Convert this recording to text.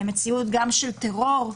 מציאות של טרור,